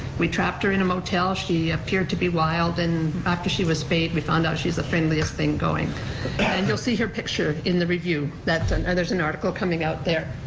we trapped her in a motel, she appeared to be wild, and after she was spayed we found out she's the friendliest thing going and you'll see her picture in the review that, ah there's an article coming out there.